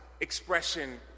expression